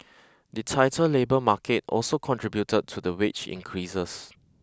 the tighter labour market also contributed to the wage increases